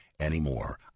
anymore